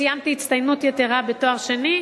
סיימתי בהצטיינות יתירה תואר שני,